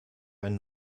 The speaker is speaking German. ein